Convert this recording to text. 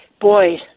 boy